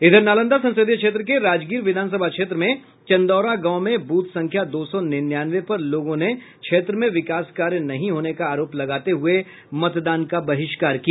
इधर नालंदा संसदीय क्षेत्र के राजगीर विधानसभा क्षेत्र में चंदौरा गांव में बूथ संख्या दो सौ निन्यानवे पर लोगों ने क्षेत्र में विकास कार्य नहीं होने का आरोप लगाते हुए मतदान का बहिष्कार किया